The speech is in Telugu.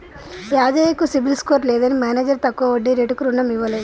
యాదయ్య కు సిబిల్ స్కోర్ లేదని మేనేజర్ తక్కువ వడ్డీ రేటుకు రుణం ఇవ్వలేదు